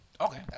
okay